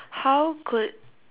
how could